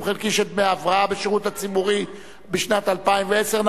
חלקי של דמי הבראה בשירות הציבורי בשנת 2010 (הוראת שעה).